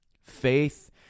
Faith